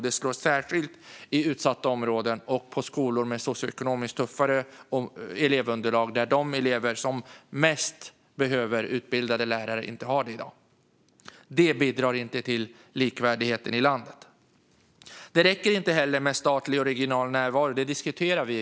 Det slår särskilt hårt mot utsatta områden och skolor med socioekonomiskt tuffare elevunderlag. De elever som behöver utbildade lärare som mest har inte det i dag. Detta bidrar inte till likvärdigheten i landet. Det räcker heller inte med statlig regional närvaro. Vi diskuterar detta.